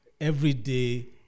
everyday